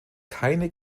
keine